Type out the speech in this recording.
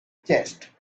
chest